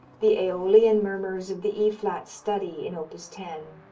the aeolian murmurs of the e flat study, in opus ten,